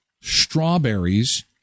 strawberries